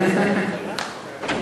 אין נמנעים.